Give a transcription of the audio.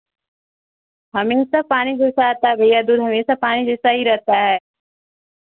हमेशा पानी जैसा आता है भैया दूध हमेशा पानी जैसा ही रहता है